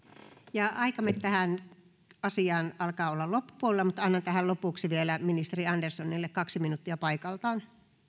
ja aikamme tähän asiaan alkaa olla olla loppupuolella mutta annan tähän lopuksi vielä puheenvuoron ministeri anderssonille kaksi minuuttia paikalta